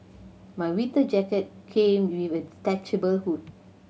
my winter jacket came with a detachable hood